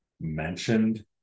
mentioned